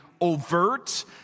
overt